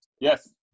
Yes